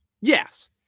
Yes